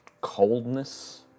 coldness